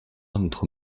notre